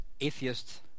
atheist